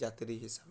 ଯାତ୍ରୀ ହିସାବେ